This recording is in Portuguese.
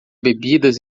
bebidas